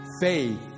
Faith